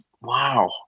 wow